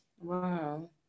Wow